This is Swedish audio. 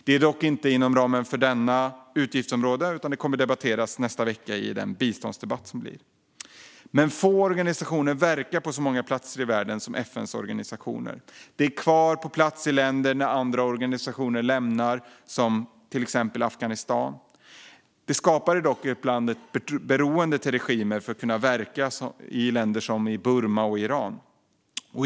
Detta är dock inte inom ramen för det här utgiftsområdet, utan det kommer att debatteras i nästa vecka i den biståndsdebatt vi då ska ha. Få organisationer verkar på så många platser i världen som FN:s organisationer. De är kvar på plats i länder som andra organisationer lämnar, till exempel i Afghanistan. De skapar dock ibland ett beroende till regimer för att kunna verka i länder som Burma och Iran.